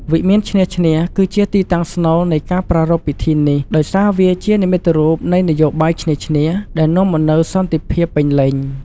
វិមានឈ្នះ-ឈ្នះ គឺជាទីតាំងស្នូលនៃការប្រារព្ធពិធីនេះ ដោយសារវាជានិមិត្តរូបនៃនយោបាយឈ្នះ-ឈ្នះ ដែលនាំមកនូវសន្តិភាពពេញលេញ។